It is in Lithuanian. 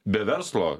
be verslo